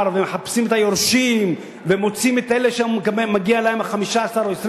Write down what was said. ומחפשים את היורשים ומוצאים את אלה שמגיע להם 15 או 20